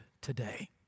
today